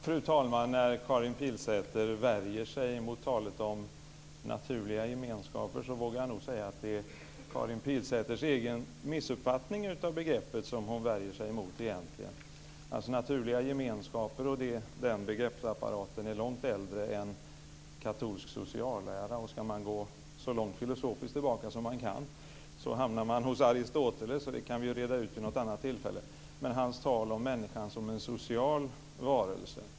Fru talman! Karin Pilsäter värjer sig mot talet om naturliga gemenskaper. Jag vågar nog säga att det egentligen är Karin Pilsäters egen missuppfattning av begreppet som hon värjer sig emot. Begreppsapparaten kring naturliga gemenskaper är långt äldre än katolsk sociallära, och ska man gå så långt tillbaka som man kan filosofiskt hamnar man hos Aristoteles - det kan vi reda ut vid något annat tillfälle - och hans tal om människan som en social varelse.